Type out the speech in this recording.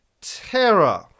terror